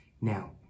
Now